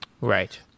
Right